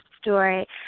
story